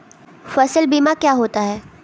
फसल बीमा क्या होता है?